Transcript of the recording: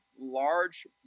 large